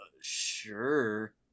Sure